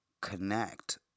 connect